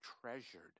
treasured